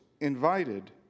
invited